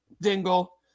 Dingle